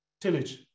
tillage